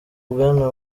bwana